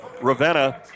Ravenna